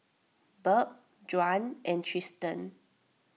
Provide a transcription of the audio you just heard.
Burk Juan and Tristen